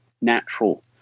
natural